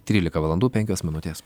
trylika valandų penkios minutės